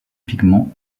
pigment